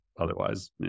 otherwise